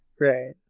Right